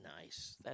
nice